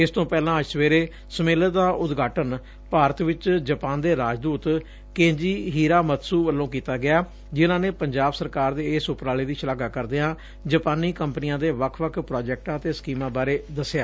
ਇਸ ਤੋਂ ਪਹਿਲਾਂ ਅੱਜ ਸਵੇਰੇ ਸੰਮੇਲਨ ਦਾ ਉਦਘਾਟਨ ਭਾਰਤ ਵਿਚ ਜਪਾਨ ਦੇ ਰਾਜਦੂਤ ਕੇਂਜੀ ਹੀਰਾ ਮੱਤਸੂ ਵੱਲੋਂ ਕੀਤਾ ਗਿਆ ਜਿਨ੍ਹਾਂ ਨੇ ਪੰਜਾਬ ਸਰਕਾਰ ਦੇ ਇਸ ਉਪਰਾਲੇ ਦੀ ਸ਼ਲਾਘਾ ਕਰਦਿਆਂ ਜਪਾਨੀ ਕੰਪਨੀਆਂ ਦੇ ਵੱਖ ਵੱਖ ਪ੍ਰਾਜੈਕਟਾਂ ਅਤੇ ਸਕੀਮਾਂ ਬਾਰੇ ਦਸਿਆ